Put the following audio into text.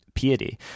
piety